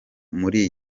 muri